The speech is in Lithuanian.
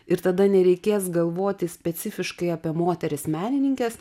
ir tada nereikės galvoti specifiškai apie moteris menininkes